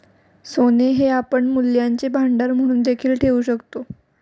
सोने हे आपण मूल्यांचे भांडार म्हणून देखील ठेवू शकतो